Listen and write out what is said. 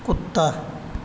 کتا